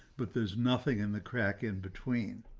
but there's nothing in the crack in between.